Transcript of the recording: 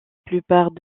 plupart